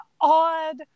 odd